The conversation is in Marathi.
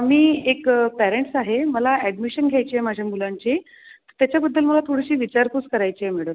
मी एक पेरेंट्स आहे मला ॲडमिशन घ्यायची आहे माझ्या मुलांची त्याच्याबद्दल मला थोडीशी विचारपूस करायची आहे मॅडम